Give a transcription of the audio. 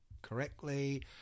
correctly